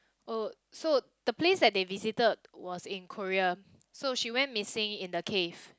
oh so the place that they visited was in Korea so she went missing in the case